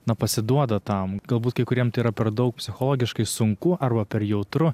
na pasiduoda tam galbūt kai kuriem yra per daug psichologiškai sunku arba per jautru